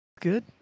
Good